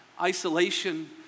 isolation